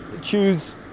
choose